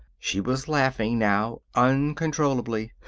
she was laughing, now, uncontrollably.